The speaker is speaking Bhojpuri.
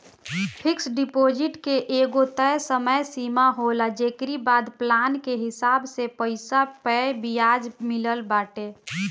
फिक्स डिपाजिट के एगो तय समय सीमा होला जेकरी बाद प्लान के हिसाब से पईसा पअ बियाज मिलत बाटे